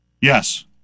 Yes